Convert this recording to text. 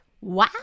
Wow